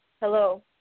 hello